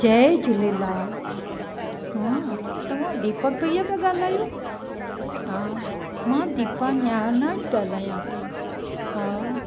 जय झूलेलाल हां तव्हां दीपक भैया पिया ॻाल्हायो हा मां दीपा निहलाणी ॻाल्हायां पई हा